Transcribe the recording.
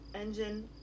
Engine